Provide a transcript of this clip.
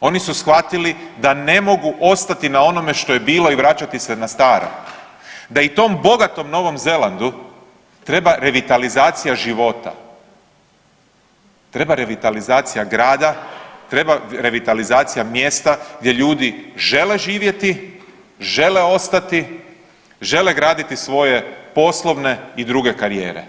oni su shvatili da ne mogu ostati na onome što je bilo i vraćati se na staro, da i tom bogatom Novom Zelandu treba revitalizacija života, treba revitalizacija grada, treba revitalizacija mjesta gdje ljudi žele živjeti, žele ostati, žele graditi svoje poslovne i druge karijere.